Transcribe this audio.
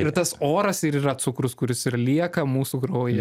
ir tas oras ir yra cukrus kuris ir lieka mūsų kraujyje